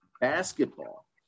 basketball